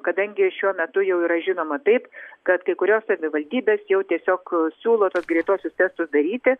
kadangi šiuo metu jau yra žinoma taip kad kai kurios savivaldybės jau tiesiog siūlo tuos greituosius testus daryti